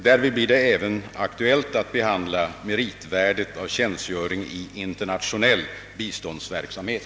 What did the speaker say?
Därvid blir det även aktuellt att behandla meritvärdet av tjänstgöring i internationell biståndsverksamhet.